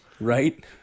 right